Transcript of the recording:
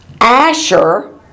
Asher